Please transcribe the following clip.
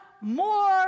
more